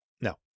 No